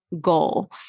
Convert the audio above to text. goal